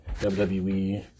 WWE